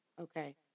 Okay